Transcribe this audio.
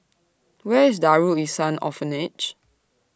Where IS Darul Ihsan Orphanage